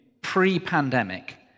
pre-pandemic